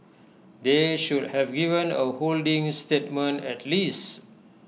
they should have given A holding statement at least